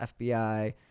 FBI